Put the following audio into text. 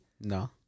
No